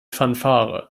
fanfare